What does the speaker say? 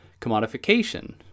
commodification